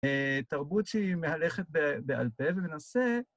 תרבות שהיא מהלכת בעל פה ובנושא.